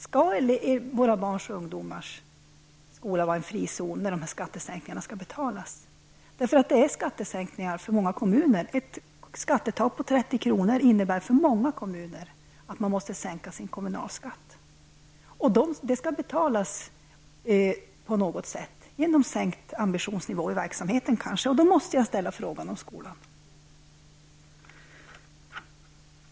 Skall våra barns och ungdomars skola vara en frizon när dessa skattesänkningar skall betalas? Ett skattetak på 30 kr. innebär att många kommuner måste sänka sin kommunalskatt, och det skall betalas på något sätt. Kanske genom sänkt ambitionsnivå i verksamheten. Det är därför som jag måste ställa frågan om skolan.